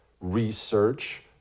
research